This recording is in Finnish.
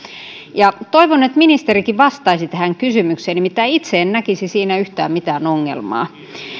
ja toivon että ministerikin vastaisi tähän kysymykseen nimittäin itse en näkisi siinä yhtään mitään ongelmaa